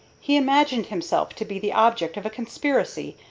he imagined himself to be the object of a conspiracy,